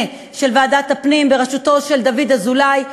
של ועדת הפנים בראשותו של דוד אזולאי,